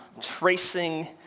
tracing